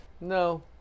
No